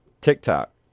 TikTok